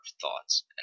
thoughts